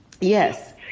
Yes